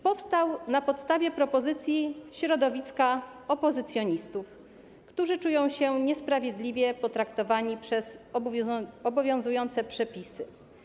Powstał on na podstawie propozycji środowiska opozycjonistów, którzy czują się niesprawiedliwie potraktowani przez obowiązujące przepisy.